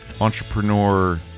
entrepreneur